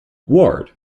ward